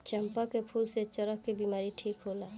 चंपा के फूल से चरक के बिमारी ठीक होला